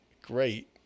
great